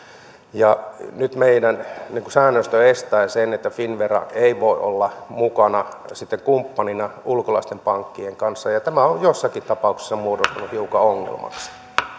ja nyt meidän säännöstömme estää sen että finnvera ei voi olla mukana kumppanina ulkomaisten pankkien kanssa tämä on joissakin tapauksissa muodostunut hiukan ongelmaksi